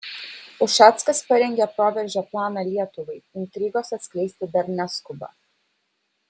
ušackas parengė proveržio planą lietuvai intrigos atskleisti dar neskuba